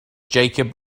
jacob